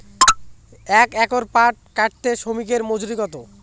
এক একর পাট কাটতে শ্রমিকের মজুরি কত?